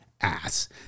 ass